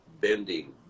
bending